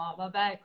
vabbè